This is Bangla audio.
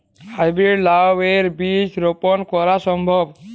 হাই ব্রীড লাও এর বীজ কি রোপন করা সম্ভব?